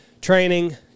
training